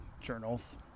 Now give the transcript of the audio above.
journals